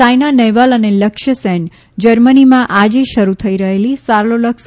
સાઇના નહેવાલ અને લક્ષ્ય સેન જર્મનીમાં આજે શરૂ થઇ રહેલી સારલોલકસ